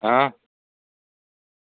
आं